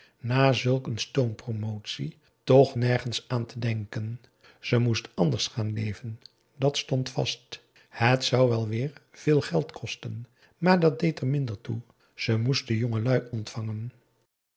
na zulk een stoompromotie toch nergens aan te denken ze moesten anders gaan leven dat stond vast het zou wel weer veel geld kosten maar dat deed er minder toe ze moesten jongelui ontvangen